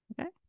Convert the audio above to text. Okay